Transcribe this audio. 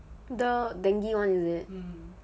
the dengue one is it